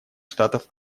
штатов